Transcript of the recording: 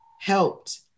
helped